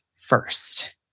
first